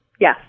yes